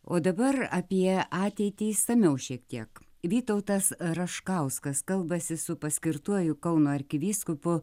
o dabar apie ateitį išsamiau šiek tiek vytautas raškauskas kalbasi su paskirtuoju kauno arkivyskupu